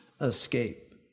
escape